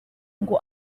ngo